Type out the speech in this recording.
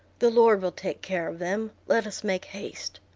the lord will take care of them. let us make haste.